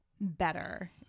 better